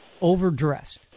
overdressed